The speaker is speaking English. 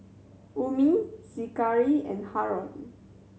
Ummi Zikri and Haron